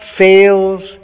fails